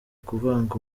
kuvanga